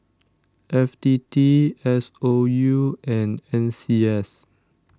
F T T S O U and N C S